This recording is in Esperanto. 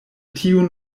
tiun